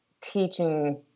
teaching